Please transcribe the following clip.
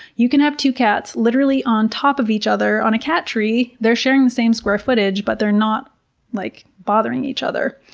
you can have two cats literally on top of each other on a cat tree! they're sharing the same square footage, but they're not like bothering each other.